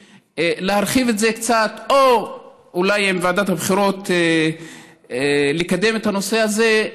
היא להרחיב את זה קצת או אולי עם ועדת הבחירות לקדם את הנושא הזה,